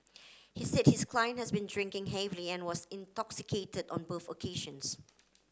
he said his client has been drinking heavily and was intoxicated on both occasions